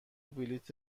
بلیط